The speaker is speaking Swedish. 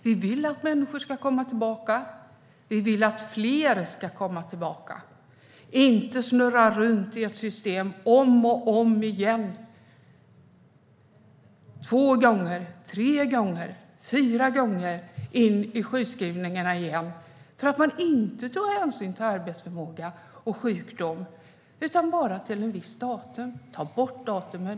Vi vill att fler människor ska komma tillbaka och inte snurra runt i systemet och åka in i sjukskrivning två, tre och fyra gånger för att det inte togs hänsyn till arbetsförmåga och sjukdom utan bara till ett visst datum. Vi tar bort datumet.